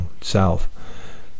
south